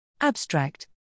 Abstract